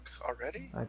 already